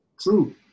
true